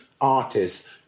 artists